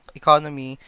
economy